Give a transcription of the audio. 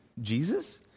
Jesus